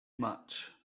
much